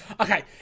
Okay